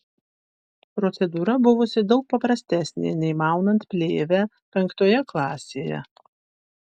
procedūra buvusi daug paprastesnė nei maunant plėvę penktoje klasėje